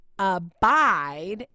abide